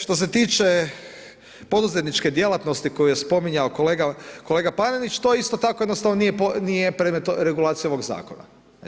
Što se tiče poduzetničke djelatnosti koju je spominjao kolega Panenić, to isto tako jednostavno nije predmet regulacije ovog zakona.